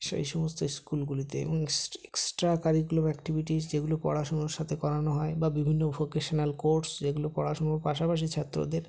সেই সমস্ত ইস্কুলগুলিতে এবং এক্সট্রা কারিকুলার অ্যাক্টিভিটিস যেগুলো পড়াশোনার সাথে করানো হয় বা বিভিন্ন ভোকেশানাল কোর্স যেগুলো পড়াশোনার পাশাপাশি ছাত্রদের